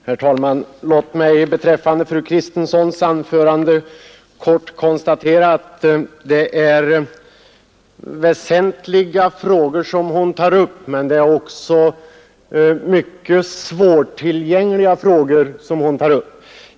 Herr talman! Låt mig efter fru Kristenssons anförande kort konstatera att det är väsentliga frågor som hon tar upp men också mycket svårtillgängliga.